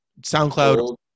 SoundCloud